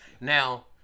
Now